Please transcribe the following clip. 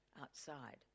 outside